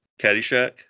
Caddyshack